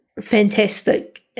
fantastic